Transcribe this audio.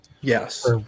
Yes